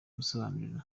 gusobanura